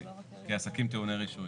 כעסקים טעוני רישוי.